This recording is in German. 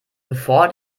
bevor